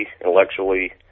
intellectually